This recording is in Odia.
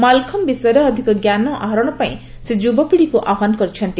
ମାଲଖମ୍ବ ବିଷୟରେ ଅଧିକ ଜ୍ଞାନ ଆହରଣ ପାଇଁ ସେ ଯୁବପିଢ଼ିକୁ ଆହ୍ପାନ କରିଛନ୍ତି